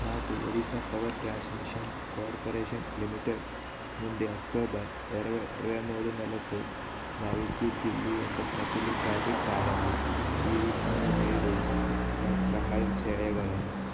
నాకు Odisha power transmission corporation limited నుండి October ఇరవై ఇరవై మూడు నెలకు నా విద్యుత్ బిల్లు యొక్క నకిలీ కాపీ కావాలి ఈ విషయంలో మీరు నాకు సహాయం చేయగలరా